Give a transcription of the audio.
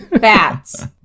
Bats